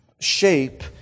shape